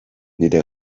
nire